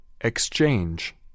exchange